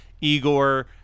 Igor